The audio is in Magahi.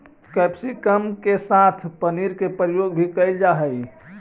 कैप्सिकम के साथ पनीर के प्रयोग भी कैल जा हइ